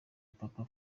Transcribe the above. papa